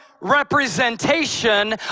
representation